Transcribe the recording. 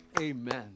Amen